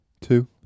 Two